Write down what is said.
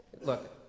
Look